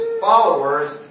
followers